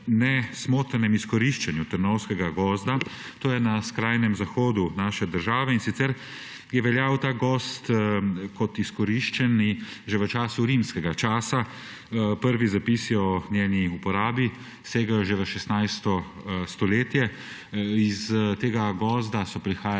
nesmotrnem izkoriščanju Trnovskega gozda. To je na skrajnem zahodu naše države, in sicer je veljal ta gozd kot izkoriščeni že v rimskega času. Prvi zapisi o njegovi uporabi segajo že v 16. stoletje. Iz tega gozda so prihajale